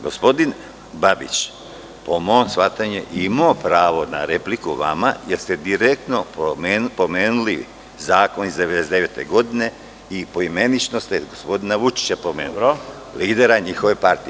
Gospodin Babić je, po mom shvatanju, imao pravo na repliku vama, jer ste direktno pomenuli zakon iz 1999. godine i poimenično ste gospodina Vučića pomenuli, lidera njihove partije.